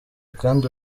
kandi